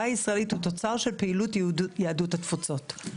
הישראלית הם תוצר של פעילות יהדות התפוצות,